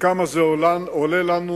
וכמה זה עולה לנו?